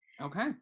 okay